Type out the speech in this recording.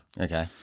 Okay